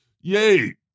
Yay